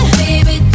baby